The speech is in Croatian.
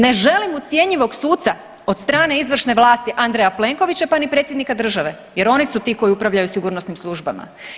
Ne želim ucjenjivog suca od strane izvršne vlasti Andreja Plenkovića, pa ni predsjednika države jer oni su ti koji upravljaju sigurnosnim službama.